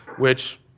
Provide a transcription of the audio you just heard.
which,